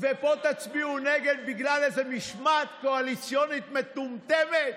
ופה תצביעו נגד בגלל איזו משמעת קואליציונית מטומטמת?